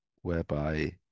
whereby